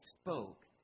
spoke